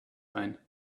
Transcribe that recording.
ein